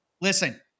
Listen